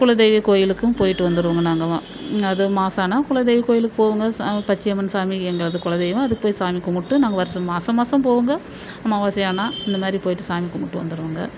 குலதெய்வம் கோவிலுக்கும் போய்ட்டு வந்துடுவோங்க நாங்கள் அது மாசம் ஆனால் குலதெய்வம் கோவிலுக்கு போவோம்ங்க பச்சை அம்மன் சாமி எங்களது குலதெய்வோம் அதுக்கு போய் சாமி கும்பிட்டு நாங்கள் வர்ஷம் மாசம் மாசம் போவோம்ங்க அமாவாசையானா அந்த மாதிரி போய்ட்டு சாமி கும்பிட்டு வந்துடுவோங்க